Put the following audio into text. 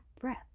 breath